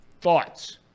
thoughts